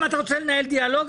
אם אתה רוצה לנהל דיאלוג,